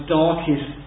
darkest